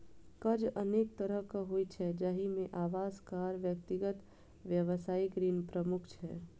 कर्ज अनेक तरहक होइ छै, जाहि मे आवास, कार, व्यक्तिगत, व्यावसायिक ऋण प्रमुख छै